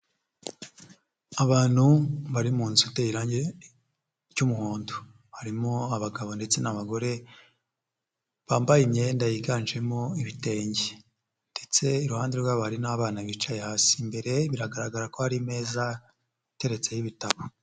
Abantu bari mu nzu iteye irangi ry'umuhondo. Harimo abagabo ndetse n'abagore, bambaye imyenda yiganjemo ibitenge ndetse iruhande rwabo hari n'abana bicaye hasi. Imbere biragaragara ko hari imeza iteretseho ibitabo.